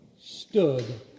stood